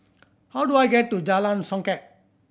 how do I get to Jalan Songket